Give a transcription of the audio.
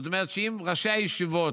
זאת אומרת שאם ראשי הישיבות,